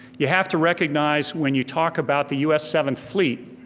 you have to recognize when you talk about the us seventh fleet,